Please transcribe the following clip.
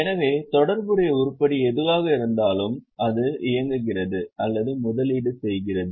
எனவே தொடர்புடைய உருப்படி எதுவாக இருந்தாலும் அது இயங்குகிறது அல்லது முதலீடு செய்கிறது